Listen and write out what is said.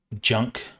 junk